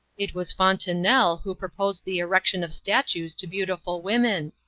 it was fontenelle who pro posed the erection of statues to beautiful women.